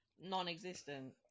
non-existent